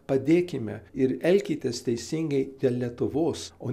padėkime ir elkitės teisingai dėl lietuvos o